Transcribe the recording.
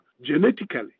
genetically